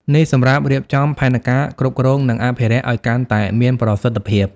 នេះសម្រាប់រៀបចំផែនការគ្រប់គ្រង និងអភិរក្សឱ្យកាន់តែមានប្រសិទ្ធភាព។